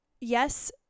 yes